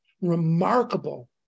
Remarkable